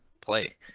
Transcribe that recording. play